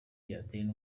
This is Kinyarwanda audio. byatera